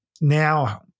now